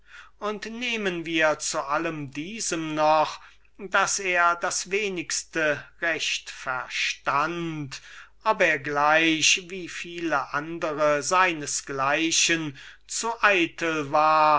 und nehmen wir zu allem diesem noch daß er das wenigste recht verstund ob er gleich wie viele andere seines gleichen zu eitel war